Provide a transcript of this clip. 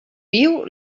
viu